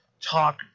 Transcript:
talk